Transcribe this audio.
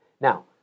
Now